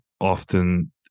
often